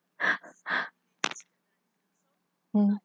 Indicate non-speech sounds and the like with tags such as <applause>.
<noise> <noise> mm